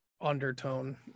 undertone